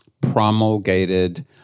promulgated